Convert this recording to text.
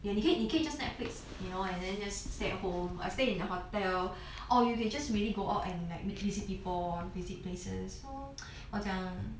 你可以你可以 just netflix you know and then just stay at home or stay in a hotel or you can just really go out and like visit people or visit places so 我讲